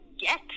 get